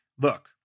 look